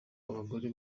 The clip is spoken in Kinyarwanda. abagore